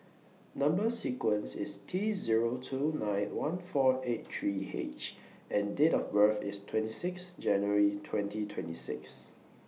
Number sequence IS T Zero two nine one four eight three H and Date of birth IS twenty six January twenty twenty six